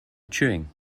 chewing